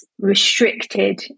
restricted